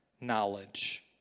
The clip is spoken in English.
knowledge